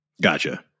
Gotcha